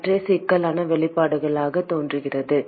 சற்றே சிக்கலான வெளிப்பாடாகத் தோன்றுகிறது